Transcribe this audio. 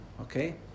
Okay